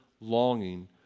longing